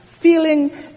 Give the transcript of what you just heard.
feeling